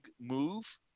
move